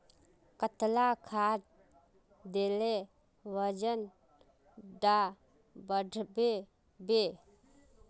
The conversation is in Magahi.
कतला खाद देले वजन डा बढ़बे बे?